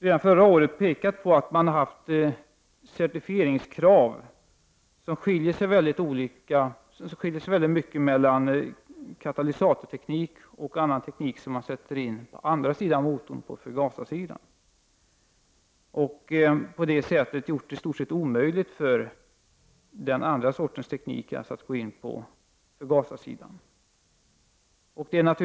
Redan förra året pekade vi på att man har haft certifieringskrav som skiljer sig ganska mycket mellan katalysatorteknik och annan teknik, som man sätter in på andra sidan motorn, på förgasarsidan. På det sättet har man gjort det i stort sett omöjligt för den andra sortens teknik att göra sig gällande.